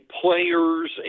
players